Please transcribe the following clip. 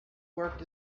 worked